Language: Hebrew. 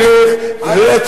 אבל לא זו הדרך וזו לא הצורה.